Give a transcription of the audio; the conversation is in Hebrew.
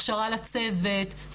הכשרה לצוות,